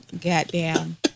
Goddamn